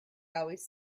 always